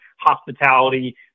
hospitality